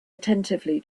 attentively